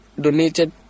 donated